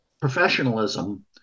professionalism